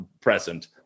present